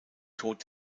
tod